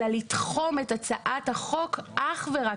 אלא לתחום את הצעת החוק אך ורק,